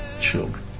children